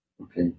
Okay